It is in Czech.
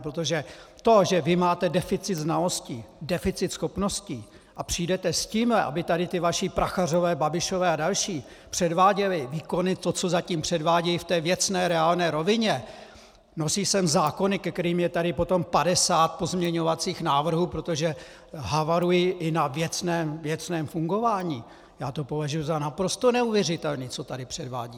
Protože to, že vy máte deficit znalostí, deficit schopností a přijdete s tímhle, aby tady ti vaši Prachařové, Babišové a další předváděli výkony, co zatím předvádějí v té věcné, reálné rovině, nosí sem zákony, ke kterým je tady potom 50 pozměňovacích návrhů, protože havarují i na věcném fungování, já to považuji za naprosto neuvěřitelné, co tady předvádíte!